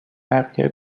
بقیه